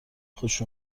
خوش